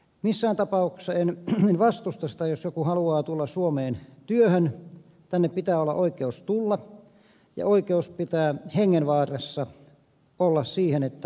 missään tapauksessa en vastusta sitä jos joku haluaa tulla suomeen työhön tänne pitää olla oikeus tulla ja hengenvaarassa olevalla pitää olla oikeus siihen että saa turvapaikan